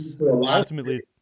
ultimately